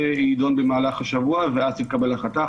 הם יידונו במהלך השבוע ואז תתקבל ההחלטה.